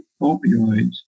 opioids